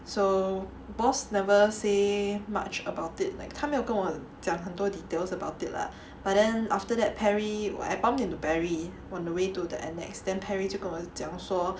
so boss never say much about it like 他没有跟我讲很多 details about it lah but then after that Perry I bump into Perry on the way to the annex Perry 就跟我讲说